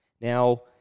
Now